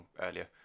earlier